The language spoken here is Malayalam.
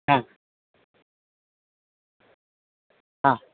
അ അ